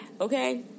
okay